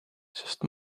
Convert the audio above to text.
sest